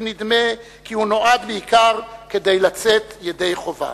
נדמה כי הוא נועד בעיקר כדי לצאת ידי חובה.